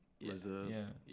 reserves